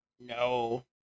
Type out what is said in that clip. No